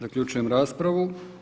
Zaključujem raspravu.